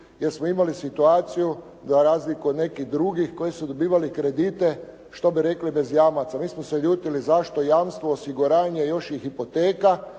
jer smo imali situaciju za razliku od nekih drugih koji su dobivali kredite, što bi rekli bez jamaca. Mi smo se ljutili zašto jamstvo, osiguranje, još i hipoteka,